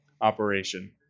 operation